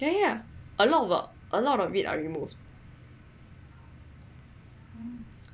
yeah yeah yeah a lot of it are removed